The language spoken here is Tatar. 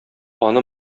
аны